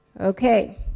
Okay